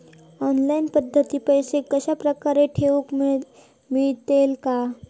Online पद्धतीन पैसे कश्या प्रकारे ठेऊक मेळतले काय?